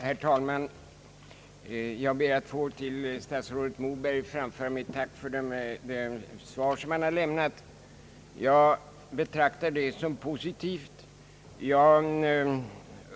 Herr talman! Jag ber att till statsrådet Moberg få framföra mitt tack för det svar som han har lämnat. Jag betraktar det som positivt.